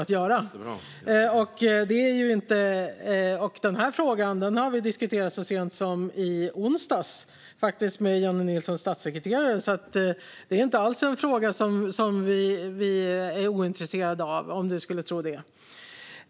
Denna fråga har vi faktiskt diskuterat så sent som i onsdags med Jennie Nilssons statssekreterare. Det är alltså inte en fråga som vi är ointresserade av om du skulle tro det, Roland Utbult.